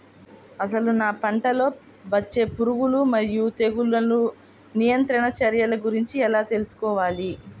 అసలు నా పంటలో వచ్చే పురుగులు మరియు తెగులుల నియంత్రణ చర్యల గురించి ఎలా తెలుసుకోవాలి?